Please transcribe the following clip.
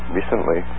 recently